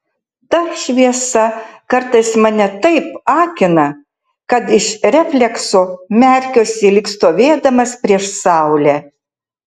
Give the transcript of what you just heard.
ta šviesa kartais mane taip akina kad iš reflekso merkiuosi lyg stovėdamas prieš saulę